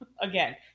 again